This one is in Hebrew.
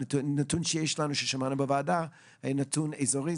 הנתון ששמענו בוועדה הוא נתון אזורי,